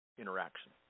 interaction